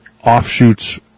offshoots